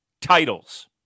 titles